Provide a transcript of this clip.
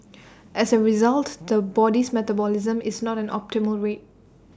as A result the body's metabolism is not an optimal rate